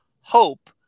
hope